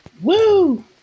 Woo